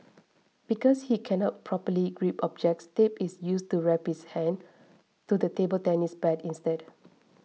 because he cannot properly grip objects tape is used to wrap his hand to the table tennis bat instead